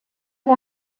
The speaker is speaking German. der